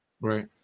Right